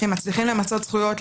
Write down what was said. מצליחים למצות זכויות,